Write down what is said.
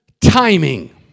timing